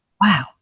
wow